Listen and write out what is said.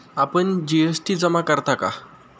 आपण जी.एस.टी जमा करता का?